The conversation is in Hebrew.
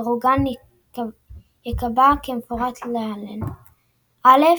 דירוגן ייקבע כמפורט להלן א.